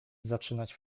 zaczynać